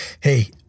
Hey